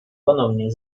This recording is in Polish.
ponownie